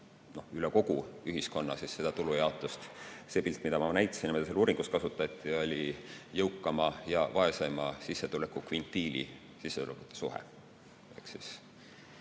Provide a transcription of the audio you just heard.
üle kogu ühiskonna tulujaotust. See pilt, mida ma näitasin ja mida ka selles uuringus kasutati, oli jõukama ja vaesema sissetulekukvintiili sissetulekute suhe.